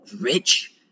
rich